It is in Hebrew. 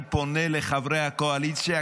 אני פונה לחברי הקואליציה,